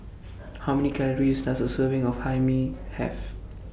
How Many Calories Does A Serving of Hae Mee Have